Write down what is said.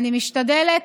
אני משתדלת